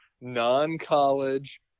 non-college